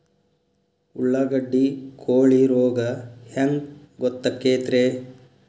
ಉಳ್ಳಾಗಡ್ಡಿ ಕೋಳಿ ರೋಗ ಹ್ಯಾಂಗ್ ಗೊತ್ತಕ್ಕೆತ್ರೇ?